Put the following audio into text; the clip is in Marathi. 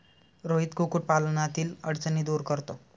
रोहित कुक्कुटपालनातील अडचणी दूर करतो